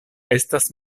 estas